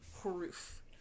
proof